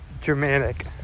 Germanic